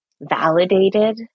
validated